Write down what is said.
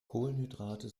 kohlenhydrate